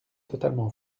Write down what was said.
totalement